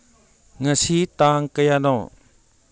ꯉꯁꯤ ꯇꯥꯡ ꯀꯌꯥꯅꯣ